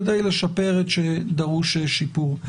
כדי לשפר את שדרוש שיפור.